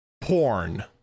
porn